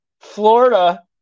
Florida